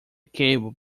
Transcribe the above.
cable